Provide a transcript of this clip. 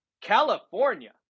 California